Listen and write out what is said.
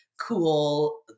cool